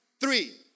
three